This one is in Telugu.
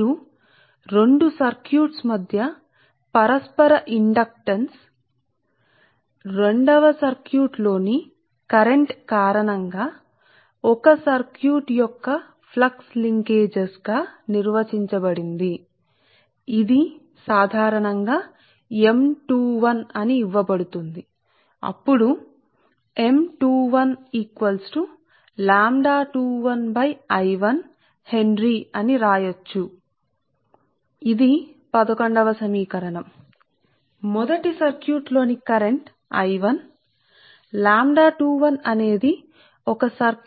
కాబట్టి 2 సర్క్యూట్ల మధ్య mutual flux linkage mutual flux linkage అనుసంధానం రెండవ సర్క్యూట్లో కరెంటు కారణంగా మొదటి సర్క్యూట్ యొక్క ఫ్లక్స్ లింకేజీ అనుసంధానం గా నిర్వచించబడింది అంటే ఇది రెండవ సర్క్యూట్ యొక్క కరెంట్ కారణంగా ఈ విషయం